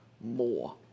more